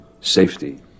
Safety